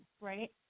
right